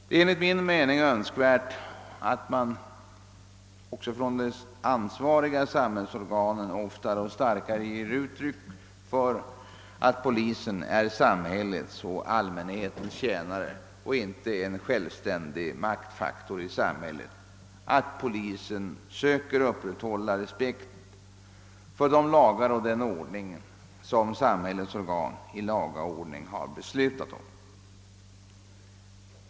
Det är enligt min mening också önskvärt, att de ansvariga samhällsorganen oftare och starkare ger uttryck för uppfattningen att polisen är samhällets och allmänhetens tjänare och inte en självständig maktfaktor; att den söker upprätthålla respekt för de lagar och den ordning, som samhällets organ i laga ordning har beslutat om.